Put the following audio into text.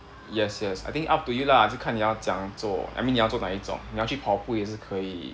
yes yes I think up to you lah 是看你要怎样做 I mean 你要做哪一种你要去跑步也是可以